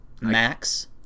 Max